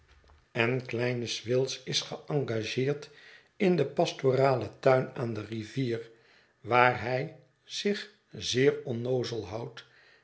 en kleine swills is geëngageerd in den pastoralen tuin aan de rivier waar hij zich zeer onnoozel houdt